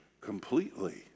completely